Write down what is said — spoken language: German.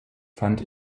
fand